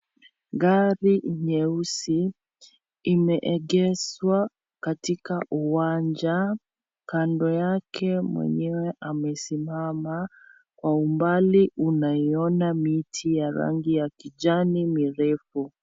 Gari nyeusi imeegeshwa katika uwanja kando yake mwenyewe amesimama, kwa umbali unaoina miti ya rangi ya kijani mirefu.